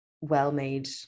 well-made